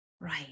right